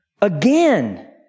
Again